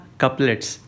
couplets